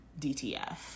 DTF